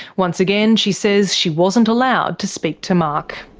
once again she says she wasn't allowed to speak to mark.